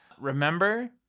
remember